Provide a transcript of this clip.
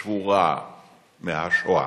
שבורה מהשואה.